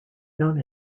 known